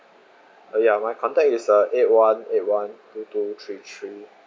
ya my contact is uh eight one eight one two two three three